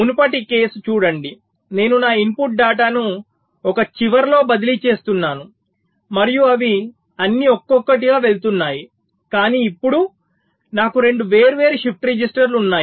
మునుపటి కేసు చూడండి నేను నా ఇన్పుట్ డేటాను ఒక చివరలో బదిలీ చేస్తున్నాను మరియు అవి అన్ని ఒక్కొక్కటిగా వెళుతున్నాయి కానీ ఇప్పుడు నాకు 2 వేర్వేరు షిఫ్ట్ రిజిస్టర్లు ఉన్నాయి